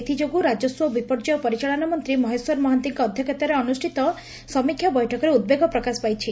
ଏଥଯୋଗୁଁ ରାଜସ୍ୱ ଓ ବିପର୍ଯ୍ୟୟ ପରିଚାଳନା ମନ୍ତୀ ମହେଶ୍ୱର ମହାନ୍ତିଙ୍କ ଅଧ୍ୟକ୍ଷତାରେ ଅନୁଷ୍ଷତ ସମୀକ୍ଷା ବୈଠକରେ ଉଦ୍ବେଗ ପ୍ରକାଶ ପାଇଥିଲା